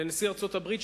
לנשיא ארצות-הברית,